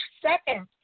second